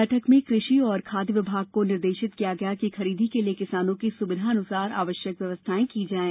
बैठक में क्र षि एवं खाद्य विभाग को निर्देशित किया गया कि खरीदी के लिए किसानों की सुविधानुसार आवश्यक व्यवस्थाएं की जाएं